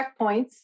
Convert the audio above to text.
checkpoints